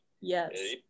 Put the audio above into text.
Yes